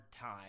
time